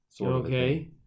Okay